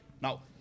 Now